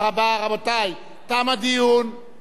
חבר הכנסת אלדד, קראנו לך, לצערי הרב